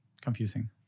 confusing